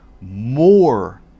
more